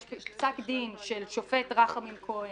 יש פסק דין של השופט רחמים כהן,